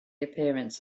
appearance